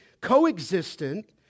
coexistent